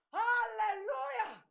hallelujah